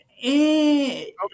Okay